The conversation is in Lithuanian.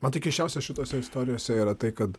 mat tai keisčiausia šitose istorijose yra tai kad